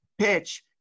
PITCH